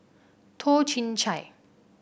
Toh Chin Chye